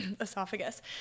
esophagus